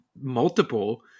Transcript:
multiple